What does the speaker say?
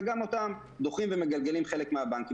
וגם אותם דוחים ומגלגלים חלק מהבנקים.